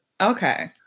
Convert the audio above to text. Okay